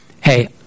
hey